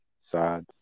Sad